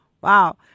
Wow